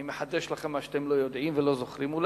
אני מחדש לכם מה שאתם אולי לא יודעים ולא זוכרים,